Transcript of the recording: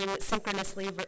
synchronously